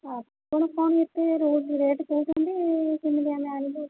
ଆପଣ କ'ଣ ଏତେ ରେଟ୍ ରେଟ୍ କହୁଛନ୍ତି କେମିତି ଆମେ ଆଣିବୁ